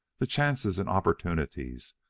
the chances and opportunities,